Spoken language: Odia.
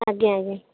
ଆଜ୍ଞା ଆଜ୍ଞା